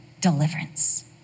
deliverance